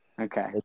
Okay